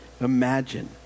imagine